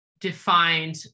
defined